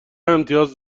امتیاز